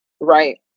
Right